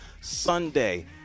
Sunday